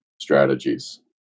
strategies